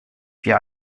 wir